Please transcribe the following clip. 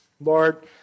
Lord